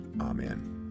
Amen